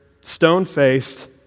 stone-faced